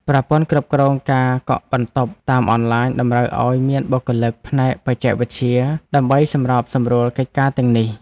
ប្រព័ន្ធគ្រប់គ្រងការកក់បន្ទប់តាមអនឡាញតម្រូវឱ្យមានបុគ្គលិកផ្នែកបច្ចេកវិទ្យា ដើម្បីសម្របសម្រួលកិច្ចការទាំងនេះ។